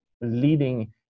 leading